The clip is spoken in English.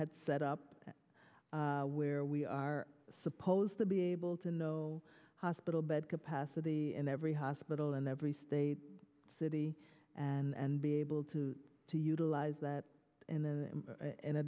had set up where we are supposed to be able to know hospital bed capacity in every hospital in every state city and be able to to utilize that and then in a